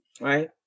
right